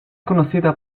conocida